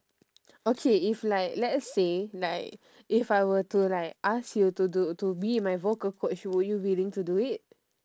okay if like let's say like if I were to like ask to do to be my vocal coach would you willing to do it